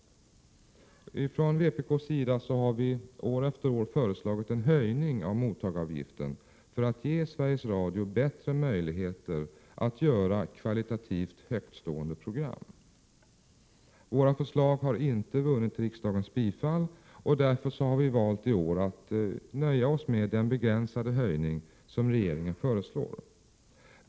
Vi i vpk har år efter år föreslagit en höjning av mottagaravgiften för att ge Sveriges Radio bättre möjligheter att göra kvalitativt högtstående program. Våra förslag har inte vunnit riksdagens bifall och därför har vi i år valt att nöja oss med den begränsade höjning som regeringen föreslår.